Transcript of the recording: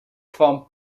kwam